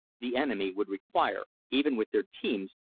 the enemy would require, even with their teams,